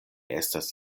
estas